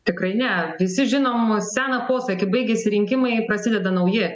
tikrai ne visi žinom seną posakį baigiasi rinkimai prasideda nauji